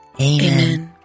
Amen